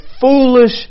foolish